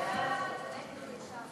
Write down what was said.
ההצעה להעביר את הצעת חוק הגנת הצרכן (תיקון,